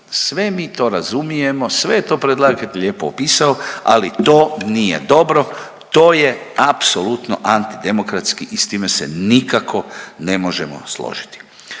Sve mi to razumijemo, sve je to predlagatelj je popisao, ali to nije dobro, to je apsolutno antidemokratski i s time se nikako ne možemo složiti.